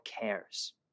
cares